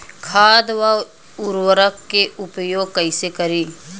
खाद व उर्वरक के उपयोग कइसे करी?